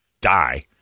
die